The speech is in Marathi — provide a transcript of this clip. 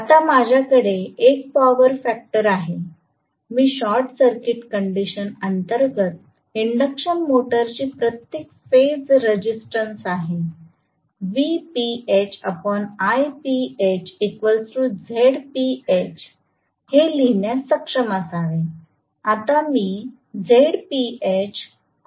आता माझ्याकडे एक पॉवर फॅक्टर आहे मी शॉर्ट सर्किट कंडिशन अंतर्गत इंडक्शन मोटरची प्रत्येक फेज रेजिस्टन्स आहे हे लिहिण्यास सक्षम असावे